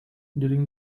during